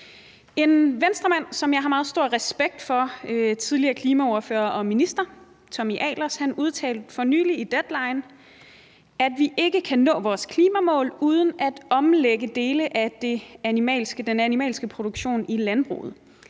En Venstremand, som jeg har meget stor respekt for, nemlig tidligere klimaordfører og minister Tommy Ahlers, udtalte for nylig i Deadline, at vi ikke kan nå vores klimamål uden at omlægge dele af den animalske produktion i landbruget.